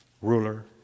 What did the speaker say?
ruler